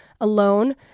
alone